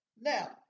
Now